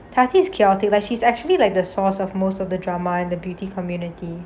tati is chaotic but she's actually like the source of most of the drama and the beauty community